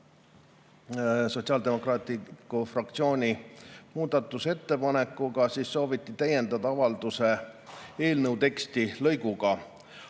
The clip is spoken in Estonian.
Sotsiaaldemokraatliku [Erakonna] fraktsiooni muudatusettepanekuga sooviti täiendada avalduse eelnõu teksti lõiguga: